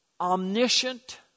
Omniscient